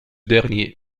dernier